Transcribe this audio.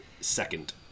second